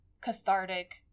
cathartic